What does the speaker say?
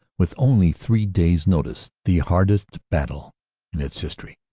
with only three days' notice, the hardest battle in its history.